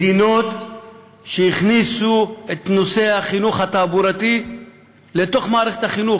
מדינות שהכניסו את נושא החינוך התעבורתי לתוך מערכת החינוך,